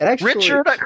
Richard